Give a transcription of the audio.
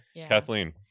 Kathleen